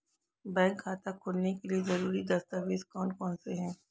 Bank खाता खोलने के लिए ज़रूरी दस्तावेज़ कौन कौनसे हैं?